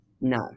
no